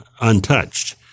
untouched